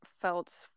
felt